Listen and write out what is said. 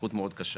בנכות מאוד קשה.